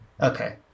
Okay